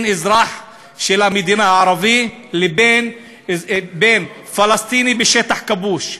אזרח ערבי של המדינה לבין פלסטיני בשטח כבוש.